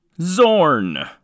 Zorn